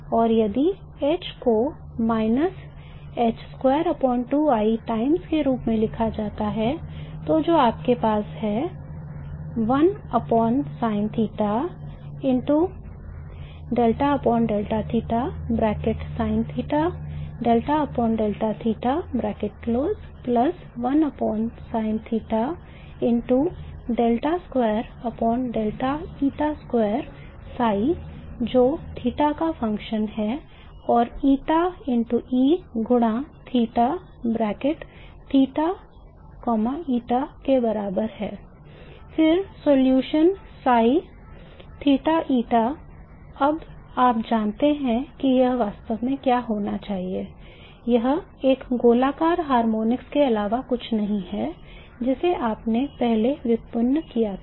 और यदि H को टाइम्स के रूप में लिखा जाता है तो जो आपके पास है जो θ का function है और φ E गुणा ψ के अलावा और कुछ नहीं है जिसे आपने पहले व्युत्पन्न किया था